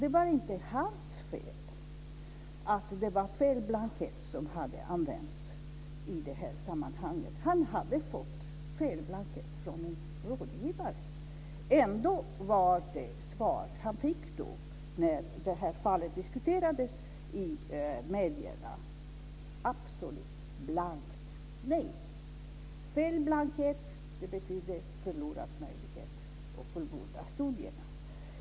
Det var inte hans fel att det var fel blankett som hade använts i det här sammanhanget, utan han hade fått fel blankett från en rådgivare. Ändå var det svar han fick när det här fallet diskuterades i medierna absolut blankt nej. Fel blankett betyder förlorad möjlighet att fullborda studierna.